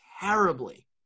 terribly